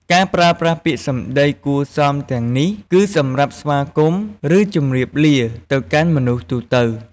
ការប្រើប្រាស់ពាក្យសម្ដីគួរសមទាំងនេះ គឺសម្រាប់ស្វាគមន៍ ឬជម្រាបលា ទៅកាន់មនុស្សទូទៅ។